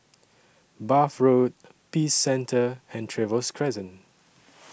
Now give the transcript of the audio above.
Bath Road Peace Centre and Trevose Crescent